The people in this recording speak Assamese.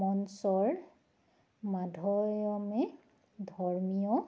মঞ্চৰ মাধ্যমেৰে ধৰ্মীয়